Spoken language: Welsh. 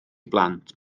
blant